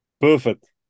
perfect